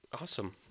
Awesome